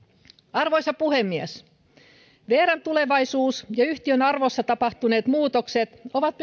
arvoisa puhemies vrn tulevaisuus ja yhtiön arvossa tapahtuneet muutokset ovat